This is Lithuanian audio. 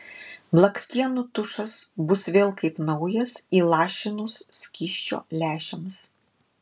blakstienų tušas bus vėl kaip naujas įlašinus skysčio lęšiams